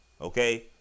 Okay